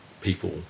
people